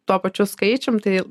tuo pačiu skaičium tai